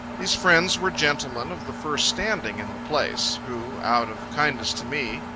these friends were gentlemen of the first standing in the place, who, out of kindness to me,